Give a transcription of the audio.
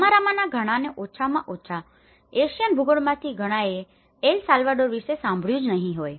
તમારામાંના ઘણા લોકોએ ઓછામાં ઓછા એશિયન ભૂગોળમાંથી ઘણાએ એલ સાલ્વાડોર વિશે સાંભળ્યું નહી હોય